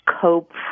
cope